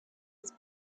his